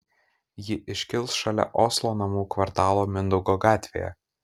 ji iškils šalia oslo namų kvartalo mindaugo gatvėje